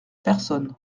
personne